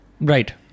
Right